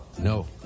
No